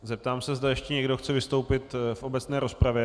Zeptám se, zda ještě někdo chce vystoupit v obecné rozpravě.